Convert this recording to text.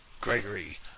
Gregory